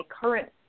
current